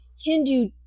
Hindu